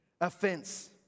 offense